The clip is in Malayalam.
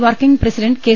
working president K